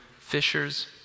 fishers